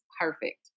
perfect